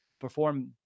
perform